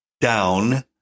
down